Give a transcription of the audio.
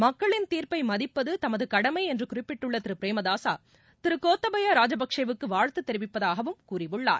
மக்களின் தீர்ப்பை மதிப்பது தமது கடமை என்று குறிப்பிட்டுள்ள திரு பிரேமதான திரு கோத்தபய ராஜபக்சேவுக்கு வாழ்த்து தெரிவிப்பதாகவும் கூறியுள்ளார்